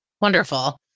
Wonderful